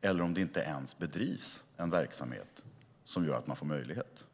eller om det inte ens bedrivs en verksamhet som gör att man får möjlighet.